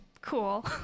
Cool